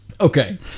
Okay